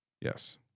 Yes